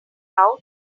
out